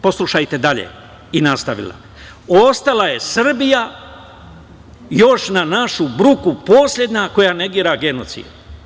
Poslušajte dalje, i nastavila: „Ostala je Srbija još, na našu bruku, poslednja koja negira genocid.